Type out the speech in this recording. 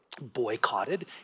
boycotted